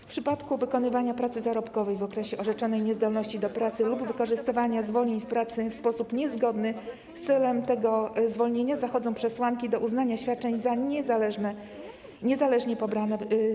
W przypadku wykonywania pracy zarobkowej w okresie orzeczonej niezdolności do pracy lub wykorzystywania zwolnienia od pracy w sposób niezgodny z celem tego zwolnienia zachodzą przesłanki do uznania świadczeń za nienależnie pobrane,